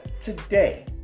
today